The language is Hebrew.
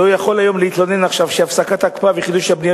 לא יכול להתלונן עכשיו שהפסקת ההקפאה וחידוש הבנייה